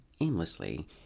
aimlessly